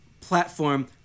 platform